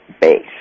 base